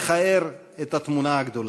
לכער את התמונה הגדולה.